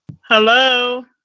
Hello